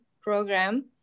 program